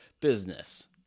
business